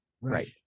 Right